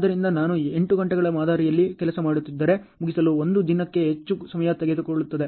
ಆದ್ದರಿಂದ ನಾವು 8 ಗಂಟೆಗಳ ಮಾದರಿಯಲ್ಲಿ ಕೆಲಸ ಮಾಡುತ್ತಿದ್ದರೆ ಮುಗಿಸಲು ಒಂದು ದಿನಕ್ಕಿಂತ ಹೆಚ್ಚು ಸಮಯ ತೆಗೆದುಕೊಳ್ಳುತ್ತದೆ